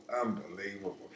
unbelievable